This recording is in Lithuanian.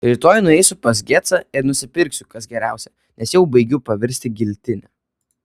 rytoj nueisiu pas gecą ir nusipirksiu kas geriausia nes jau baigiu pavirsti giltine